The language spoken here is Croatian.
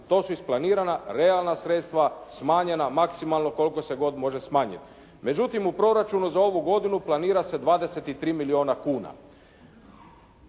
To su isplanirana realna sredstva smanjena maksimalno koliko se god može smanjiti. Međutim, u proračunu za ovu godinu planira se 23 milijuna kuna.